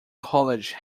college